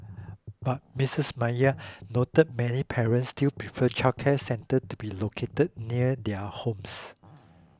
but Missus Maya noted many parents still prefer childcare centres to be located near their homes